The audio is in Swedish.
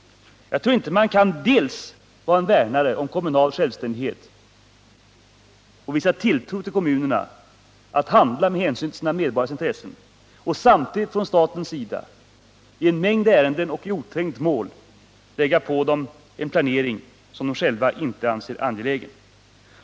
Jag tror inte att staten å ena sidan kan värna om kommunal självständighet och visa tilltro till kommunernas vilja att handla med hänsyn till sina medborgares intressen och å andra sidan, i en mängd ärenden och kanske ofta i oträngt mål, kan lägga på kommunerna en planering som de själva inte anser angelägen.